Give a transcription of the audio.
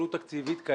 היא תקציבית.